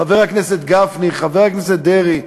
חבר הכנסת גפני, חבר הכנסת דרעי,